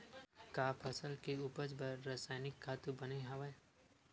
का फसल के उपज बर रासायनिक खातु बने हवय?